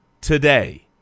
today